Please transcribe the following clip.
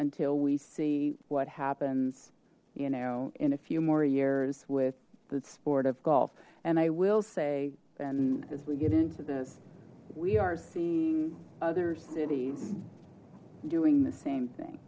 until we see what happens you know in a few more years with the sport of golf and i will say then as we get into this we are seeing other cities doing the same thing